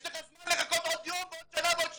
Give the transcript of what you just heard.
יש לך זמן לחכות עוד יום ועוד שנה ועוד שנתיים.